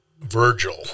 Virgil